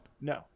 No